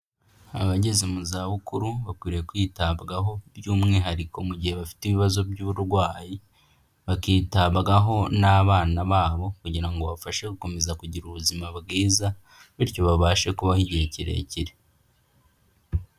Abageze mu zabukuru bakwiye kwitabwaho by'umwihariko mu gihe bafite ibibazo by'uburwayi, bakitabwaho n'abana babo kugira ngo babafashe gukomeza kugira ubuzima bwiza, bityo babashe kubaho igihe kirekire.